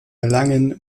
erlangen